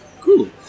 Cool